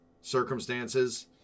circumstances